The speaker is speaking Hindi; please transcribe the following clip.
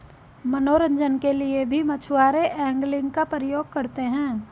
मनोरंजन के लिए भी मछुआरे एंगलिंग का प्रयोग करते हैं